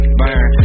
burn